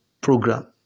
program